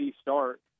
start